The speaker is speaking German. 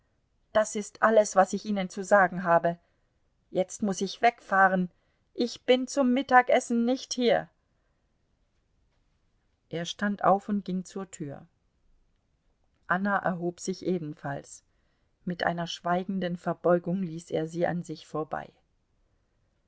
das ist alles was ich ihnen zu sagen habe jetzt muß ich wegfahren ich bin zum mittagessen nicht hier er stand auf und ging zur tür hin anna erhob sich ebenfalls mit einer schweigenden verbeugung ließ er sie an sich vorbei